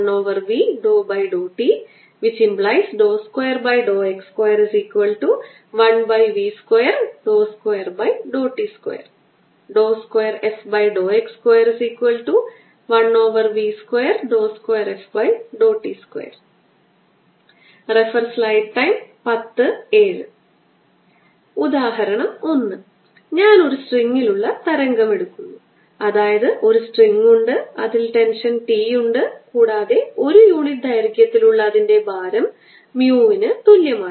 ∂x±1v∂t 2x21v22t2 2fx21v22ft2 ഉദാഹരണം 1 ഞാൻ ഒരു സ്ട്രിംഗിൽ ഉള്ള തരംഗം എടുക്കുന്നു അതായത് ഒരു സ്ട്രിംഗ് ഉണ്ട് അതിൽ ടെൻഷൻ T ഉണ്ട് കൂടാതെ ഒരു യൂണിറ്റ് ദൈർഘ്യത്തിലുള്ള അതിന്റെ ഭാരം mu ന് തുല്യമാണ്